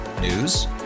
News